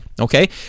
okay